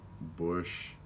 Bush